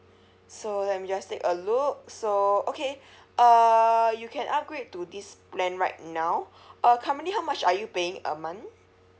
so let me just take a look so okay uh you can upgrade to this plan right now uh commonly how much are you paying a month